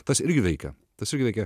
tas irgi veikia tas irgi veikia